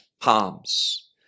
palms